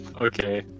Okay